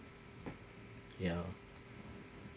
yeah